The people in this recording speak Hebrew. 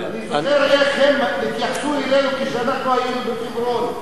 אני זוכר איך הם התייחסו אלינו כשאנחנו היינו בחברון,